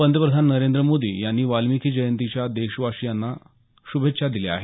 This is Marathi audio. पंतप्रधान नरेंद्र मोदी यांनी वाल्मिकी जयंतीच्या देशवासीयांना श्रभेच्छा दिल्या आहेत